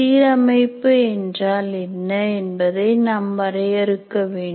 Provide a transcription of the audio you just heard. சீரமைப்பு என்றால் என்ன என்பதை நாம் வரையறுக்க வேண்டும்